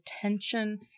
attention